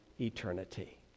eternity